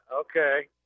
Okay